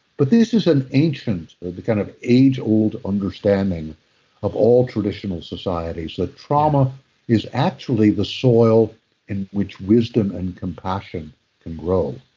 but this an ancient the kind of age-old understanding of all traditional societies, that trauma is actually the soil in which wisdom and compassion can grow.